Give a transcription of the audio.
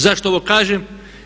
Zašto ovo kažem?